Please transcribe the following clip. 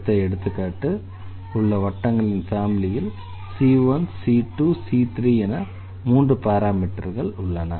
அடுத்த எடுத்துக்காட்டில் உள்ள வட்டங்களின் ஃபேமிலியில் c1c2மற்றும் c3என மூன்று பாராமீட்டர்கள் உள்ளன